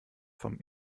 vom